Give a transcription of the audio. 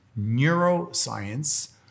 neuroscience